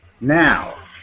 Now